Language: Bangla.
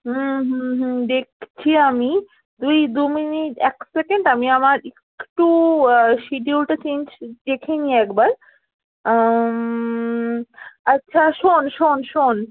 হুম হুম হুম দেখছি আমি তুই দু মিনিট এক সেকেন্ড আমি আমার একটু শিডিউলটা চেঞ্জ দেখে নিই একবার আচ্ছা শোন শোন শোন